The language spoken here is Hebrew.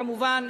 כמובן,